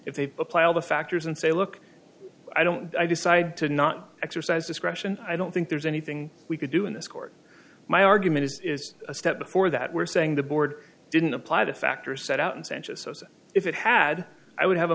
if they apply all the factors and say look i don't i decide to not exercise discretion i don't think there's anything we could do in this court my argument is is a step before that we're saying the board didn't apply to factors set out in sanchez so so if it had i would have a